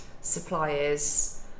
suppliers